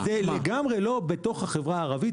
65 זה לגמרי לא בתוך החברה הערבית.